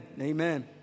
Amen